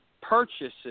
purchases